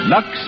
Lux